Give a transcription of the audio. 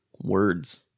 words